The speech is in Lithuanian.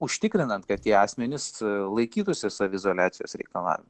užtikrinant kad tie asmenys laikytųsi saviizoliacijos reikalavimų